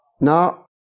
Now